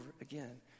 again